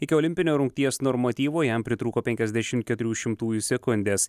iki olimpinio rungties normatyvo jam pritrūko penkiasdešim keturių šimtųjų sekundės